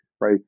right